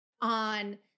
on